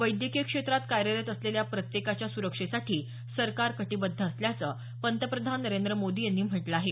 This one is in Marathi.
वैद्यकीय क्षेत्रात कार्यरत असलेल्या प्रत्येकाच्या सुरक्षेसाठी सरकार कटीबद्ध असल्याचं पंतप्रधान नरेंद्र मोदी यांनी म्हटलं आहे